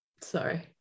Sorry